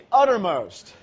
uttermost